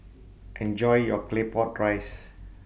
Enjoy your Claypot Rice